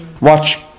watch